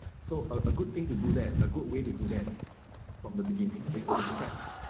so a good thing to do that a good way to do that from the beginning is to set it